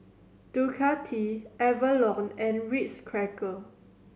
Ducati Avalon and Ritz Cracker